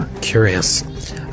Curious